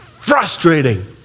Frustrating